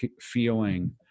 feeling